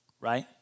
right